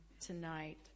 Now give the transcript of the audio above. tonight